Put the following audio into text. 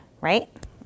Right